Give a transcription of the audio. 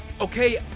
Okay